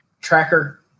tracker